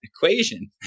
equation